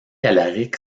alaric